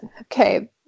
okay